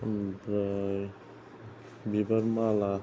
आमफ्राय बिबार माला